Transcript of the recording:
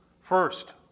First